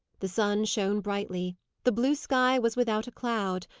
the sun shone brightly the blue sky was without a cloud.